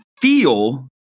feel